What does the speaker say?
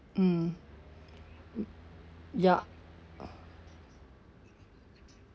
mm ya